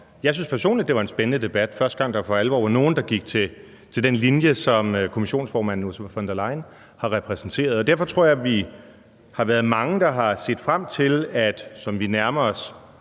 Jeg synes personligt, det var en spændende debat. Det er første gang, at der var nogen, der for alvor gik til den linje, som kommissionsformand Ursula von der Leyen har repræsenteret. Derfor tror jeg, at vi har været mange, der har set frem til, som vi nærmer os